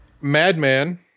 Madman